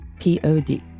P-O-D